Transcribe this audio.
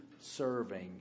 serving